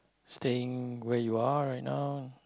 staying where you are right now